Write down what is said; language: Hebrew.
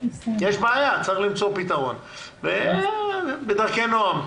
צריך למצוא פתרון בדרכי נועם.